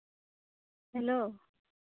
hello